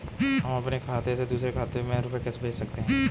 हम अपने खाते से दूसरे के खाते में रुपये कैसे भेज सकते हैं?